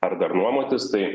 ar dar nuomotis tai